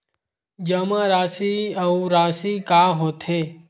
जमा राशि अउ राशि का होथे?